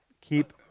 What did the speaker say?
keep